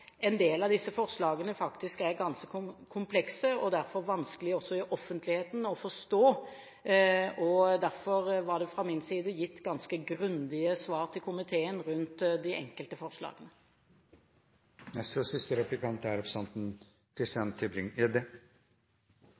en del av disse forslagene faktisk er ganske komplekse og derfor vanskelige også i offentligheten å forstå. Derfor var det fra min side gitt ganske grundige svar til komiteen rundt de enkelte forslag. Det er et stort fokus på rettighetene til utlendinger og dem som kommer hit. Er